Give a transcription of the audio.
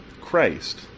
Christ